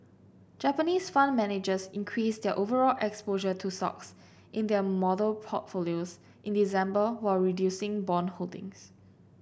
Japanese fund managers increased their overall exposure to stocks in their model portfolios in December while reducing bond holdings